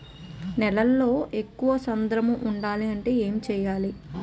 నేలలో ఎక్కువ సాంద్రము వుండాలి అంటే ఏంటి చేయాలి?